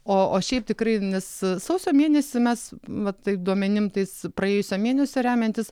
o o šiaip tikrai nes sausio mėnesį mes va taip duomenim tais praėjusio mėnesio remiantis